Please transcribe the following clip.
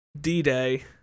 D-Day